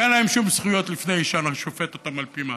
אין להם שום זכויות לפני שאני שופט אותם על פי מעשיהם.